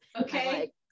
okay